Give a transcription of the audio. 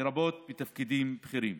לרבות בתפקידים בכירים.